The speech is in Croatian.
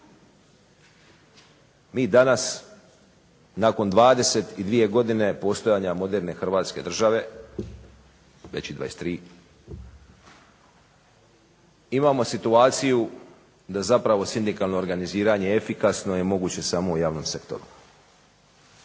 Mi danas nakon 22godine postojanja moderne Hrvatske države već i 23, imamo situaciju da zapravo sindikalno organiziranje efikasno je i moguće samo u javnom sektoru.